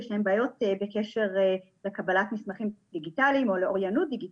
יש להם בעיות בקבלת מסמכים דיגיטליים או לאוריינות דיגיטלית.